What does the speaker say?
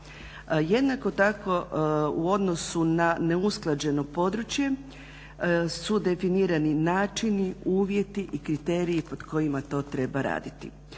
Jednako tako u odnosu na neusklađeno područje su definirani načini, uvjeti i kriteriji pod kojima to treba raditi.